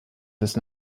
des